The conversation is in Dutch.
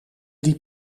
die